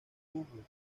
vancouver